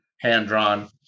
hand-drawn